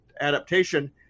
adaptation